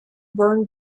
burn